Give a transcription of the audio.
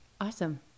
awesome